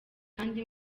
kandi